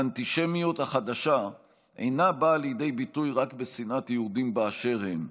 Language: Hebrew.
האנטישמיות החדשה אינה באה לידי ביטוי רק בשנאת יהודים באשר הם,